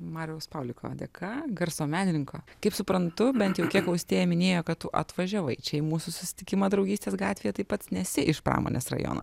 mariaus pauliko dėka garso menininko kaip suprantu bent jau kiek austėja minėjo kad tu atvažiavai čia į mūsų susitikimą draugystės gatvėje tai pats nesi iš pramonės rajono